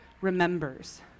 remembers